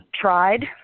tried